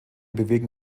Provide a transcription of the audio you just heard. bewegen